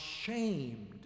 shamed